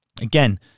again